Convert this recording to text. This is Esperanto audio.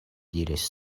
diris